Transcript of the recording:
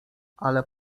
ale